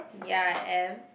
ya I am